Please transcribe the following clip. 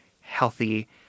healthy